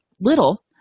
little